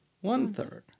one-third